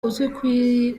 uzwi